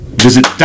Visit